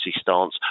stance